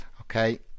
okay